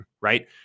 right